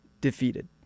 defeated